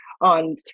on